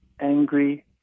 angry